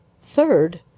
Third